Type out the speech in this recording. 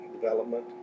development